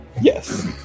Yes